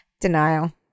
denial